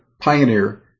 pioneer